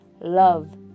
love